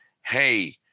hey